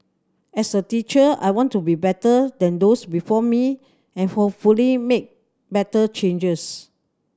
as a teacher I want to be better than those before me and hopefully make better changes